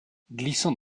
glissant